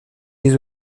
les